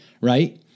Right